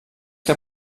que